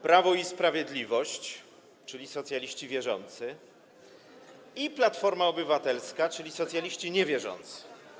Prawo i Sprawiedliwość, czyli socjaliści wierzący, i Platforma Obywatelska, czyli socjaliści niewierzący.